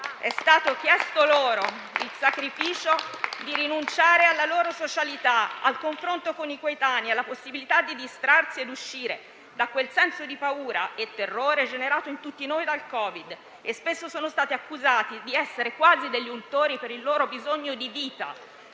È stato chiesto loro il sacrificio di rinunciare alla loro socialità, al confronto con i coetanei, alla possibilità di distrarsi e uscire da quel senso di paura e terrore generato in tutti noi dal Covid-19 e spesso sono stati accusati di essere quasi degli untori per il loro bisogno di vita;